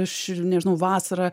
aš nežinau vasarą